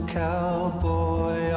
cowboy